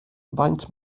faint